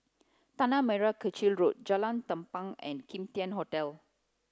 Tanah Merah Kechil Road Jalan Tampang and Kim Tian Hotel